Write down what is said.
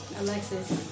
Alexis